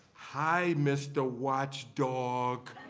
hi, mr. watchdog.